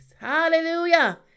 Hallelujah